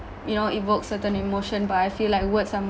you know evoke certain emotion but I feel like words are